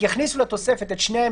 אדם יכול לעשות את זה גם